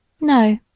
No